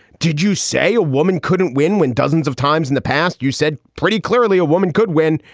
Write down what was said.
did you say a woman couldn't win when dozens of times in the past you said pretty clearly a woman could win?